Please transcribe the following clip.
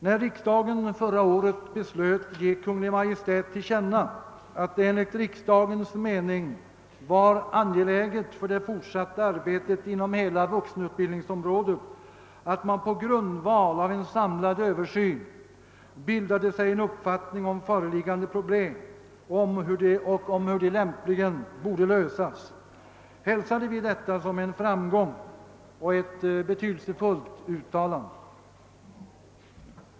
När riksdagen förra året beslöt att ge till känna för Kungl. Maj:t att det enligt riksdagens mening var angeläget för det fortsatta arbetet inom hela vuxenutbildningsområdet att man på grundval av en samlad översyn bildade sig en uppfattning om föreliggande problem och om hur de lämpligen borde lösas, hälsade vi detta som en framgång och betraktade det som ett betydelsefullt uttalande.